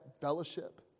fellowship